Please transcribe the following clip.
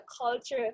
culture